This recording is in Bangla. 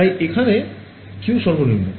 তাই এখানে Q সর্বনিম্ন